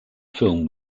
film